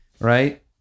right